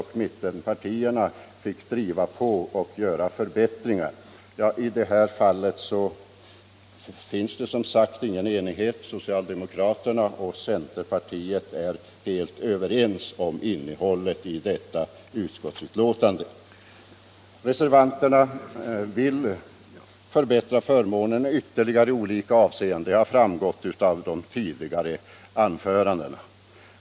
och mittenpartierna får tillfälle att driva på och göra förbättringar, men = Föräldraförsäkringi detta fall finns det som sagt ingen sådan enighet. Socialdemokraterna — en m.m. och centerpartiet är helt överens om innehållet i detta betänkande. Reservanterna vill förbättra förmånerna ytterligare i olika avseenden, det har framgått av de tidigare anförandena.